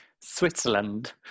Switzerland